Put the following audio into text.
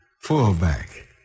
fullback